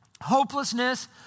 hopelessness